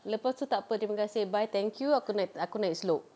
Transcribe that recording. lepas tu tak apa terima kasih bye thank you aku naik aku naik slope